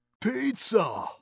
Pizza